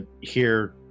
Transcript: hear